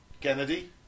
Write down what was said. Kennedy